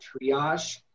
Triage